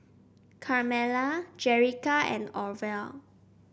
Carmella Jerrica and Orvel